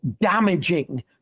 damaging